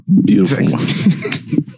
Beautiful